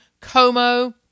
Como